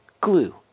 glue